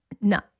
no